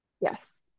Yes